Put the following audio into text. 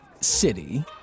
city